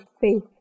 faith